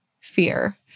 fear